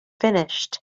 finished